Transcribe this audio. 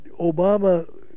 Obama